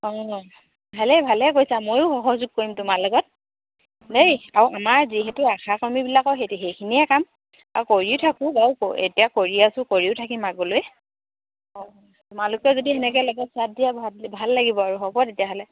অঁ ভালেই ভালেই কৰিছা ময়ো সহযোগ কৰিম তোমাৰ লগত দেই আৰু আমাৰ যিহেতু আশা কৰ্মীবিলাকৰ সেই সেইখিনিয়ে কাম আৰু কৰিও থাকোঁ বাৰু এতিয়া কৰি আছোঁ কৰিও থাকিম আগলৈ অঁ তোমালোকেও যদি তেনেকৈ লগত চাথ দিয়া ভাল ভাল লাগিব আৰু হ'ব তেতিয়াহ'লে